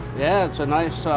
yeah it's a nice,